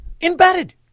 Embedded